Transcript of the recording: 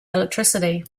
electricity